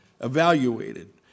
Evaluated